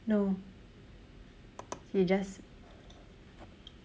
no he just